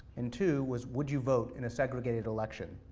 and two was would you vote in a segregated election?